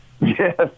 Yes